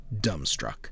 dumbstruck